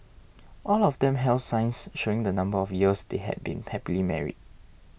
all of them held signs showing the number of years they had been happily married